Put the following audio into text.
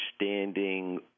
understanding